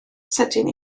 sydyn